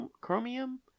chromium